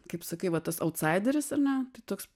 sakai va tas autsaideris ar ne toks